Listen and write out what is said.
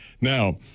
Now